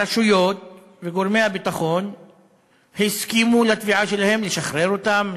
הרשויות וגורמי הביטחון הסכימו לתביעה שלהם לשחרר אותם,